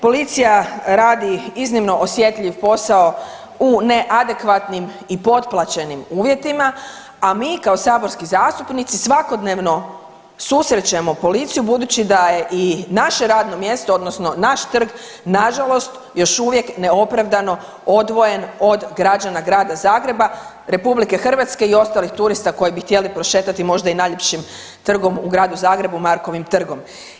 Policija radi iznimno osjetljiv posao u neadekvatnim i potplaćenim uvjetima, a mi kao saborski zastupnici svakodnevno susrećemo policiju budući da je i naše radno mjesto, odnosno naš trg na žalost još uvijek neopravdano odvojen od građana grada Zagreba, Republike Hrvatske i ostalih turista koji bi htjeli prošetati možda i najljepšim trgom u gradu Zagrebu Markovim trgom.